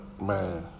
man